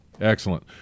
Excellent